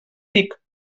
tic